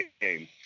game